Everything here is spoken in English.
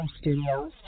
Studios